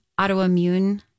autoimmune